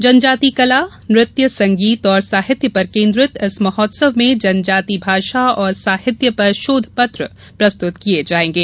जनजाति कला नृत्य संगीत और साहित्य पर केन्द्रित इस महोत्सव में जनजाति भाषा और साहित्य पर शोधपत्र प्रस्तुत किये जायेंगे